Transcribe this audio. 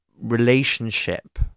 relationship